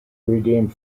redeemed